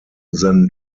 than